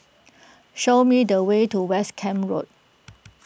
show me the way to West Camp Road